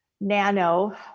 nano